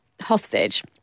hostage